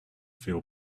feel